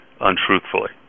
untruthfully